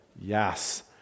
yes